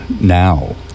now